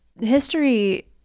history